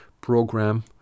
program